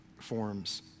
forms